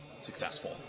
successful